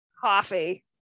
coffee